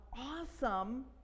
awesome